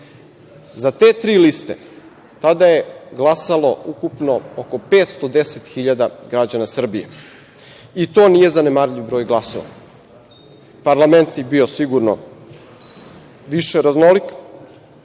Za te tri liste tada je glasalo ukupno oko 510.000 građana Srbije, i to nije zanemarljiv broj glasova. Parlament bi bio sigurno više raznolik